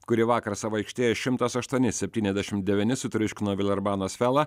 kuri vakar savo aikštėje šimtas aštuoni septyniasdešim devyni sutriuškino vilerbano asfelą